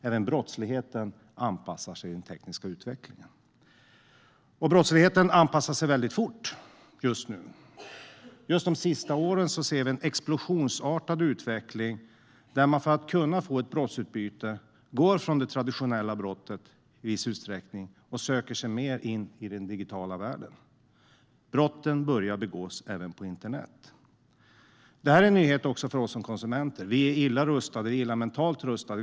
Även brottsligheten anpassar sig till den tekniska utvecklingen. Och brottsligheten anpassar sig väldigt fort just nu. De senaste åren har vi sett en explosionsartad utveckling. För att man ska kunna få ett brottsutbyte går man i viss utsträckning från det traditionella brottet och söker sig mer in i den digitala världen. Brotten börjar begås även på internet. Det här är en nyhet också för oss som konsumenter. Vi är illa rustade. Vi är illa mentalt rustade.